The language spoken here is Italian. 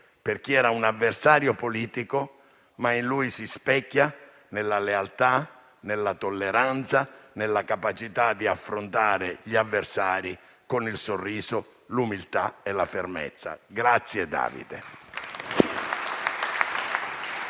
per chi era un avversario politico, ma in lui si specchia nella lealtà, nella tolleranza, nella capacità di affrontare gli avversari con il sorriso, l'umiltà e la fermezza. Grazie David.